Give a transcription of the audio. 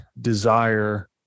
desire